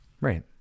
Right